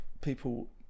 people